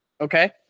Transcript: Okay